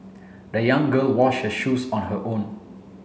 the young girl washed her shoes on her own